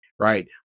right